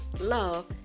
Love